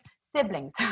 siblings